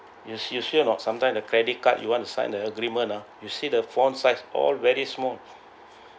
you you see or not sometime the credit card you want to sign the agreement ah you see the font size all very small